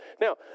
Now